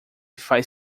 faz